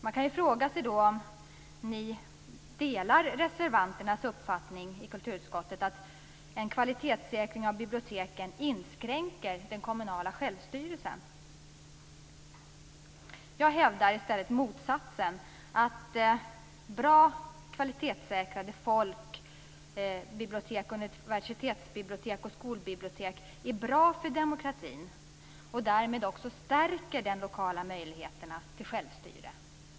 Då kan man fråga sig om ni delar reservanternas uppfattning i kulturutskottet att en kvalitetssäkring av biblioteken inskränker den kommunala självstyrelsen. Jag hävdar i stället motsatsen; att bra kvalitetssäkrade folkbibliotek, universitetsbibliotek och skolbibliotek är bra för demokratin, och att de därmed också stärker de lokala möjligheterna till självstyre.